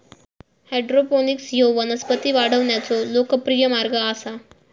hydroponics ह्यो वनस्पती वाढवण्याचो लोकप्रिय मार्ग आसा